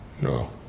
No